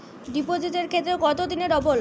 ডিপোজিটের ক্ষেত্রে কত দিনে ডবল?